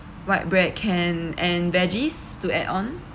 white bread can and veggies to add on